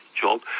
job